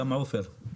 גם עופר.